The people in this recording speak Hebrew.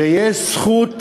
שיש זכות